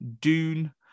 Dune